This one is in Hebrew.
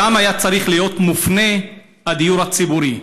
לשם היה צריך להיות מופנה הדיור הציבורי.